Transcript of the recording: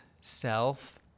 self